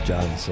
John